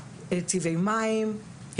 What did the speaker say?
צבעי מים,